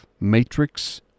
matrix